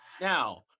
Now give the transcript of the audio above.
Now